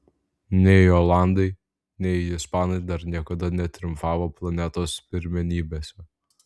nei olandai nei ispanai dar niekada netriumfavo planetos pirmenybėse